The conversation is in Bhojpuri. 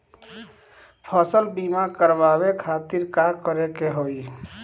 फसल बीमा करवाए खातिर का करे के होई?